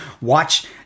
Watch